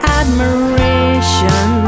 admiration